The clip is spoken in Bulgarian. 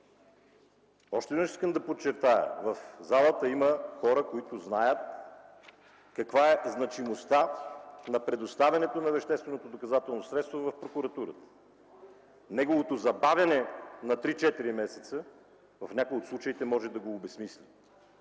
Още нещо искам да подчертая. В залата има хора, които знаят каква е значимостта на предоставянето на вещественото доказателствено средство в прокуратурата. Неговото забавяне на 3-4 месеца, в някои от случаите може да го обезсмисли.